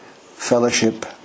fellowship